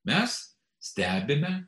mes stebime